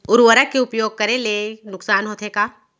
उर्वरक के उपयोग करे ले नुकसान होथे का?